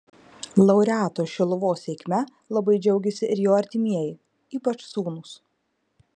laureato iš šiluvos sėkme labai džiaugėsi ir jo artimieji ypač sūnūs